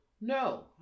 No